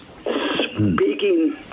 Speaking